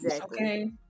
okay